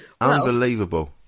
Unbelievable